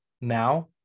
now